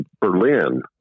Berlin